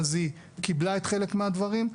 אז היא קיבלה חלק מהדברים.